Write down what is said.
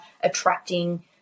attracting